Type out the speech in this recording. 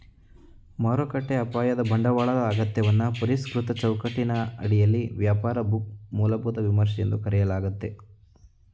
ಮಾರುಕಟ್ಟೆ ಅಪಾಯದ ಬಂಡವಾಳದ ಅಗತ್ಯವನ್ನ ಪರಿಷ್ಕೃತ ಚೌಕಟ್ಟಿನ ಅಡಿಯಲ್ಲಿ ವ್ಯಾಪಾರ ಬುಕ್ ಮೂಲಭೂತ ವಿಮರ್ಶೆ ಎಂದು ಕರೆಯಲಾಗುತ್ತೆ